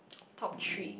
top three